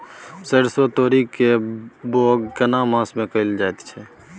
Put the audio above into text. सरसो, तोरी के बौग केना मास में कैल जायत छै?